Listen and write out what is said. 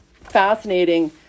fascinating